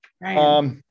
right